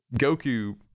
Goku